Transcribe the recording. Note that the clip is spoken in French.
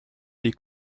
des